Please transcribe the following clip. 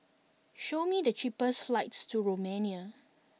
show me the cheapest flights to Romania